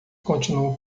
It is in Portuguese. continuo